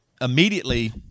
immediately –